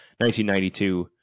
1992